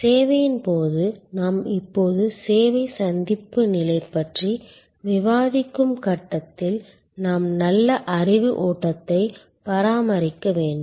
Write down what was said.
சேவையின் போது நாம் இப்போது சேவை சந்திப்பு நிலை பற்றி விவாதிக்கும் கட்டத்தில் நாம் நல்ல அறிவு ஓட்டத்தை பராமரிக்க வேண்டும்